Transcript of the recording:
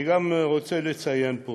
אני גם רוצה לציין פה